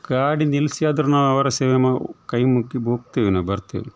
ಗಾಡಿ ನಿಲ್ಲಿಸಿ ಆದ್ರು ನಾವು ಅವರ ಸೇವೆ ಮ ಕೈ ಮುಗಿದು ಹೋಗ್ತೇವೆ ನಾವು ಬರ್ತೇವೆ